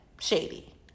Shady